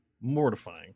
mortifying